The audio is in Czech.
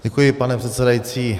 Děkuji, pane předsedající.